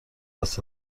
دست